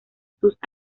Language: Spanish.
sus